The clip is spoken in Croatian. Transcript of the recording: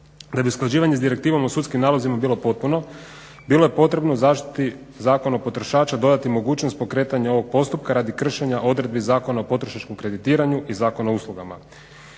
Da bi usklađivanje s Direktivom o sudskim nalozima bilo potpuno bilo je potrebno zaštiti Zakonu potrošača dodati mogućnost pokretanja ovog postupka radi kršenja odredbi Zakona o potrošačkom kreditiranju i Zakona o uslugama.